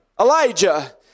Elijah